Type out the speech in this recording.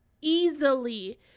easily